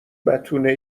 بتونه